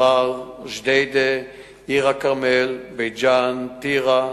מע'אר, ג'דיידה, עיר-הכרמל, בית-ג'ן, טירה,